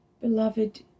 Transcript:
Beloved